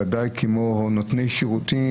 ודאי חווינו את זה מנותני שירותים